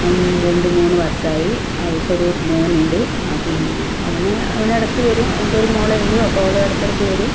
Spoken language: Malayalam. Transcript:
ഒന്ന് രണ്ട് മൂന്ന് വർഷമായി അവൾക്ക് ഒരു മോനുണ്ട് പിന്നെ അവൻ ഇടക്ക് വരും അനക്ക് ഒരു മോളേയുള്ളു അപ്പൊൾ ഇടയ്ക്കിടയ്ക്ക് വരും